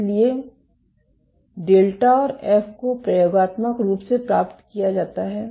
इसलिए डेल्टा और एफ को प्रयोगात्मक रूप से प्राप्त किया जाता है